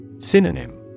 Synonym